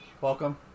Welcome